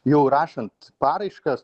jau rašant paraiškas